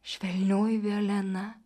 švelnioji violena